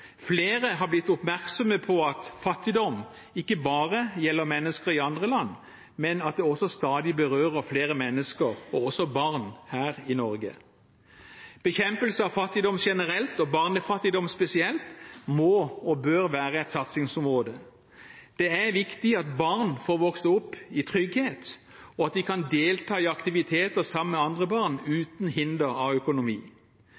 Flere har blitt oppmerksomme på at fattigdom ikke bare gjelder mennesker i andre land, men at det også stadig berører flere mennesker, og også barn, her i Norge. Bekjempelse av fattigdom generelt og barnefattigdom spesielt må og bør være et satsingsområde. Det er viktig at barn får vokse opp i trygghet, og at de kan delta i aktiviteter sammen med andre barn